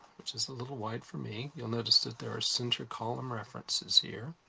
which is a little wide for me. you'll notice that there are center column references here.